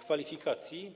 kwalifikacji.